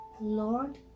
Lord